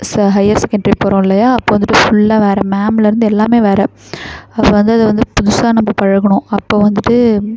சா higher secondary போகிறோம் இல்லையா அப்போது வந்துட்டு ஃபுல்லாக வேறு மேம்லேர்ந்து எல்லாமே வேறு அப்புறம் வந்து அது வந்து புதுசா நம்ப பழகணும் அப்போது வந்துட்டு